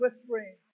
whispering